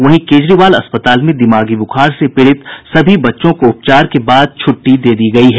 वहीं केजरीवाल अस्पताल में दिमागी बुखार से पीड़ित सभी बच्चों को उपचार के बाद छुट्टी दे दी गयी है